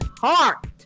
heart